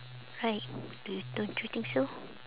right do you don't you think so